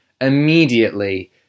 immediately